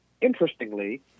interestingly